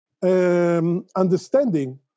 Understanding